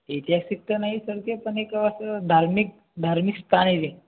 ऐतिहासिक तर नाही सर ते पण एक असं धार्मिक धार्मिक स्थान आहे ते